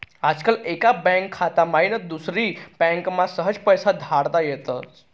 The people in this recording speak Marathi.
आजकाल एक बँक खाता माईन दुसरी बँकमा सहज पैसा धाडता येतस